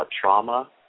trauma